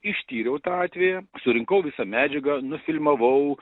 ištyriau tą atveją surinkau visą medžiagą nufilmavau